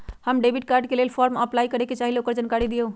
हम debit card के लेल फॉर्म अपलाई करे के चाहीं ल ओकर जानकारी दीउ?